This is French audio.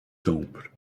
temple